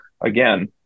again